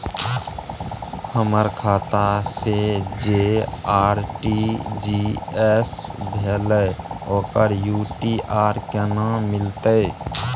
हमर खाता से जे आर.टी.जी एस भेलै ओकर यू.टी.आर केना मिलतै?